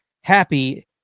happy